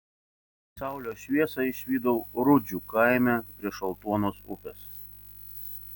pasaulio šviesą išvydau rudžių kaime prie šaltuonos upės